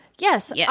Yes